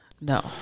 no